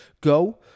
Go